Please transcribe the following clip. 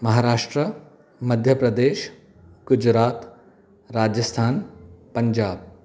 Maharashtra Madhya Pradesh Gujarat Rajasthan Punjab